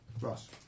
Ross